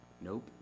Nope